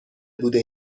بوده